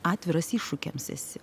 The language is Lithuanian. atviras iššūkiams esi